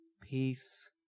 peace